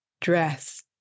dress